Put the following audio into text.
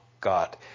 God